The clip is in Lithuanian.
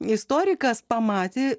istorikas pamatė